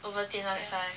Ovaltine [one] that's why